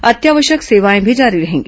अत्यावश्यक सेवाएं भी जारी रहेंगी